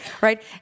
Right